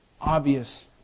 obvious